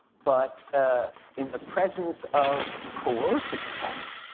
but ah in the presence of coercive power,